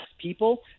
people